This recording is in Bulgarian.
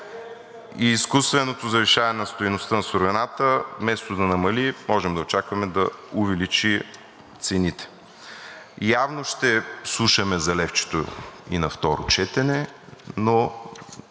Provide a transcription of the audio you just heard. и изкуственото завишаване на стойността на суровината, вместо да намали, можем да очакваме да увеличи цените. Явно ще слушаме за левчето и на второ четене, но